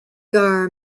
gar